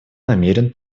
намерен